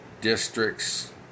districts